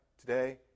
today